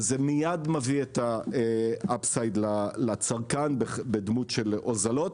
וזה מיד מביא את ה-up side לצרכן בדמות של הוזלות,